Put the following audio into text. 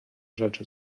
rzeczy